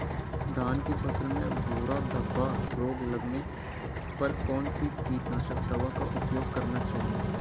धान की फसल में भूरा धब्बा रोग लगने पर कौन सी कीटनाशक दवा का उपयोग करना चाहिए?